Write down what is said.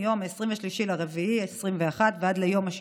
מיום 23 באפריל 2021 ועד ליום 6